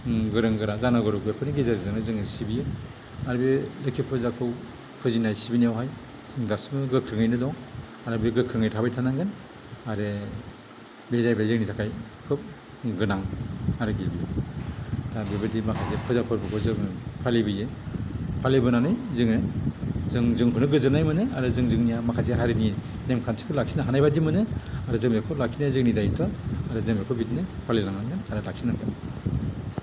गोरों गोरा जाहा बर' न'खरफोरनि गेजेरजोंनो जोङो सिबियो आरो बे लक्षी फुजाखौ फुजिनाय सिबिनायावहाय दासिमबो गोख्रोङैनो दं आरो बे गोख्रोङै थाबाय थानांगोन आरो बे जाहैबाय जोंनि थाखाय खुब गोनां आरो कि बेयो दा बेबायदि माखासे फुजाफोरखौबो जों फालिबोयो फालिबोनानै जोङो जों जोंखौनो गोजोननाय मोनो आरो जों जोंनिया माखासे हारिनि नेमखान्थिखौ लाखिनो हानाय बायदि मोनो आरो जों बेखौ लाखिनाया जोंनि दायत्य' आरो जों बेखौ बिदिनो फालिनांगोन आरो लाखिनांगोन